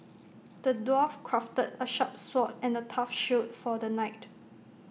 the dwarf crafted A sharp sword and A tough shield for the knight